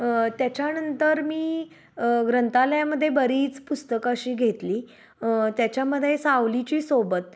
त्याच्यानंतर मी ग्रंथालयामध्ये बरीच पुस्तकं अशी घेतली त्याच्यामध्ये सावलीची सोबत